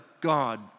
God